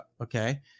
Okay